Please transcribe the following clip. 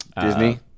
Disney